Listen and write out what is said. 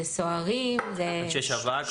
סוהרים -- אנשי שב"כ,